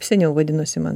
seniau vadinasi man